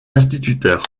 instituteur